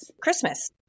Christmas